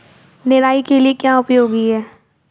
निराई के लिए क्या उपयोगी है?